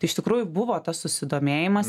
tai iš tikrųjų buvo tas susidomėjimas